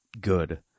good